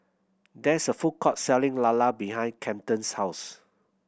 there is a food court selling lala behind Kamden's house